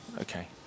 Okay